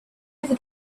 over